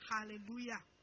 Hallelujah